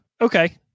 Okay